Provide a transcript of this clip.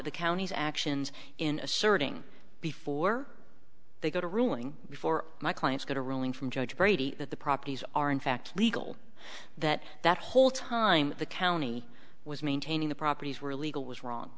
the county's actions in asserting before they got a ruling before my client's got a ruling from judge brady that the properties are in fact legal that that whole time the county was maintaining the properties were illegal was wrong